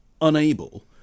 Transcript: unable